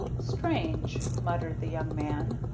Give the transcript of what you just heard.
strange! muttered the young man.